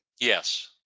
Yes